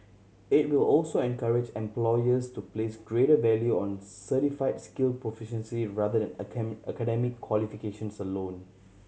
it will also encourage employers to place greater value on certified skill proficiency rather than academic qualifications alone